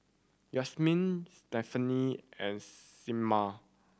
Yasmine Stephany and Clemma